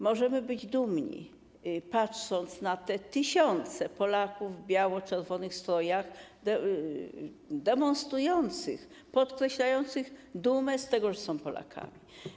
Możemy być dumni, patrząc na te tysiące Polaków w biało-czerwonych strojach, demonstrujących, podkreślających dumę z tego, że są Polakami.